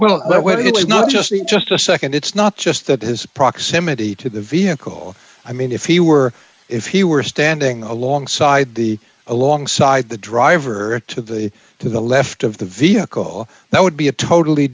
we not just in just a nd it's not just that his proximity to the vehicle i mean if he were if he were standing alongside the alongside the driver to the to the left of the vehicle that would be a totally